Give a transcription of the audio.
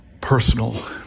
personal